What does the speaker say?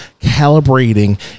calibrating